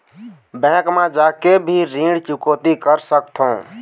Bank मा जाके भी ऋण चुकौती कर सकथों?